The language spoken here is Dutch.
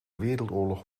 wereldoorlog